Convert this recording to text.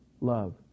Love